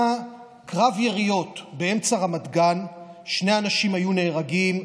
קרב יריות באמצע רמת גן ושני אנשים היו נהרגים,